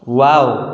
wow